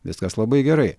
viskas labai gerai